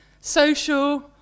social